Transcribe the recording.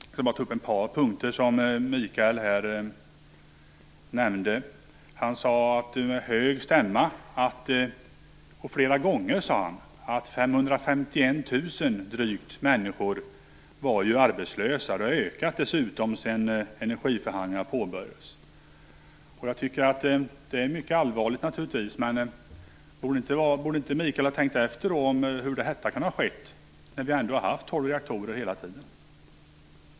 Jag skall bara ta upp ett par punkter som Mikael Odenberg nämnde här. Han sade med hög stämma och flera gånger att 551 000 människor var arbetslösa, och det har dessutom ökat sedan energiförhandlingarna påbörjades. Det är naturligtvis mycket allvarligt, men borde inte Mikael Odenberg ha tänkt efter hur detta kan ha skett, eftersom vi ju har haft tolv reaktorer hela tiden?